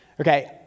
Okay